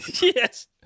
yes